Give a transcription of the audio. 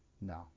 No